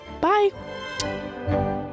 Bye